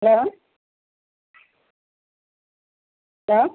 hello hello